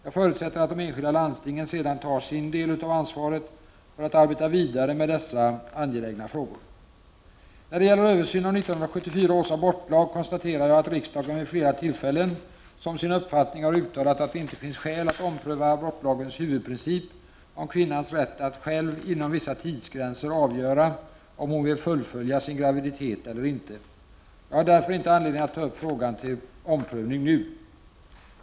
Jag förutsätter att de enskilda landstingen sedan tar sin del av ansvaret för att arbeta vidare med dessa angelägna frågor. När det gäller översyn av 1974 års abortlag konstaterar jag att riksdagen vid flera tillfällen som sin uppfattning har uttalat att det inte finns skäl att ompröva abortlagens huvudprincip om kvinnans rätt att själv inom vissa tidsgränser avgöra om hon vill fullfölja sin graviditet eller inte. Jag har därför inte anledning att ta upp frågan till omprövning nu.